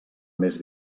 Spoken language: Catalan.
més